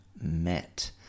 met